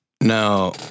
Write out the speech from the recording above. Now